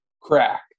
Crack